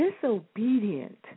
disobedient